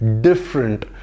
different